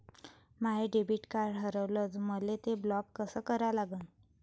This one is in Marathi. माय डेबिट कार्ड हारवलं, मले ते ब्लॉक कस करा लागन?